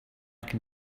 can